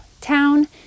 town